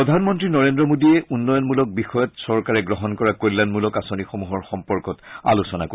প্ৰধানমন্ত্ৰী নৰেন্দ্ৰ মোডীয়ে উন্নয়নমূলক বিষয়ত চৰকাৰে গ্ৰহণ কৰা কল্যাণমূলক আঁচনিসমূহৰ সম্পৰ্কত আলোচনা কৰিব